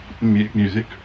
music